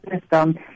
system